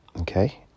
okay